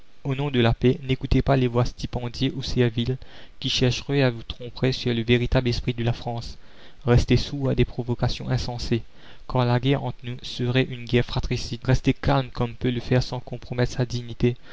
au nom de la paix n'écoutez pas les voix stipendiées ou serviles qui chercheraient à vous tromper sur le véritable esprit de la france restez sourds à des provocations insensées car la guerre entre nous serait une guerre fratricide restez calmes comme peut le faire sans compromettre sa dignité